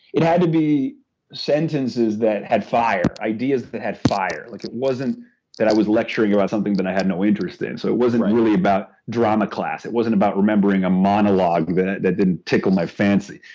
had to be sentences that had fire, ideas that had fire like it wasn't that i was lecturing about something that i had no interest in. so it wasn't really about drama class it wasn't about remembering a monologue that that didn't tickle my fancy.